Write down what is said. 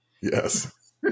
Yes